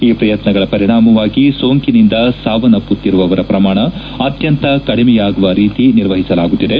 ಈ ಶ್ರಯತ್ನಗಳ ಪರಿಣಾಮವಾಗಿ ಸೋಂಕಿನಿಂದ ಸಾವನ್ನಪ್ಪತ್ತಿರುವವರ ಪ್ರಮಾಣ ಅತ್ಲಂತ ಕಡಿಮೆಯಾಗುವ ರೀತಿ ನಿರ್ವಹಿಸಲಾಗುತ್ತಿದೆ